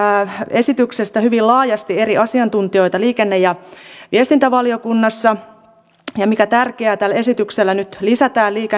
esityksestä hyvin laajasti eri asiantuntijoita liikenne ja viestintävaliokunnassa ja mikä tärkeää tällä esityksellä nyt lisätään